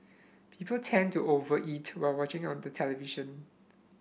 people tend to over eat while watching on the television